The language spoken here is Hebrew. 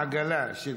עגלה של